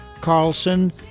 Carlson